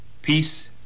Peace